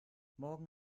morgen